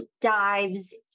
dives